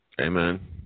Amen